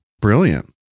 brilliant